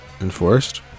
enforced